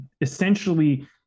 essentially